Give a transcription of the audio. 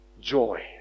joy